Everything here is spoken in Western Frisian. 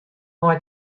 mei